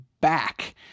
back